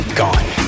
gone